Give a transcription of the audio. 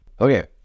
Okay